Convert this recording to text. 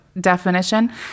definition